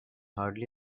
hardly